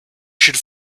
should